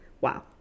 Wow